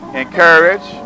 encourage